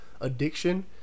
addiction